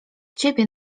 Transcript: ciebie